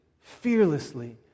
fearlessly